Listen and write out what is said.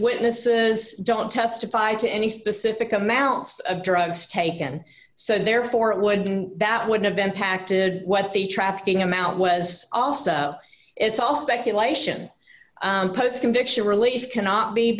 witnesses don't testify to any specific amounts of drugs taken so therefore it would be that would have been packed to what the trafficking amount was also it's all speculation post conviction relief cannot be